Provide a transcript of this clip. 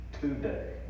today